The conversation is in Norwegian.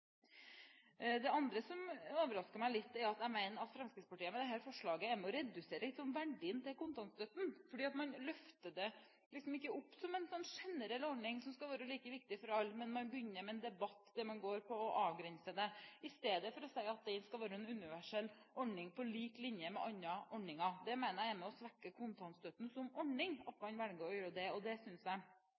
Det andre som overrasket meg litt, er at Fremskrittspartiet med dette forslaget er med på å redusere verdien av kontantstøtten. Man løfter det liksom ikke opp som en generell ordning som skal være like viktig for alle, men begynner med en debatt som går ut på å avgrense den, istedenfor å si at den skal være en universell ordning på lik linje med andre ordninger. At man velger å gjøre det, mener jeg er med på å svekke kontantstøtten som ordning, og det synes jeg